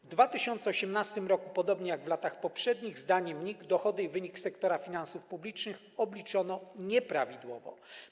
W 2018 r., podobnie jak w latach poprzednich, zdaniem NIK dochody i wynik sektora finansów publicznych obliczono nieprawidłowo.